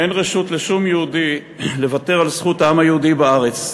אין רשות לשום יהודי לוותר על זכות העם היהודי בארץ.